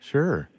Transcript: Sure